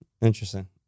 interesting